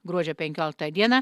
gruodžio penkioliktą dieną